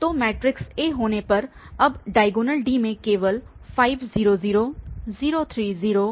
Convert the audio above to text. तो matrix A होने पर अब डायगोनल D में केवल5 0 0 0 3 0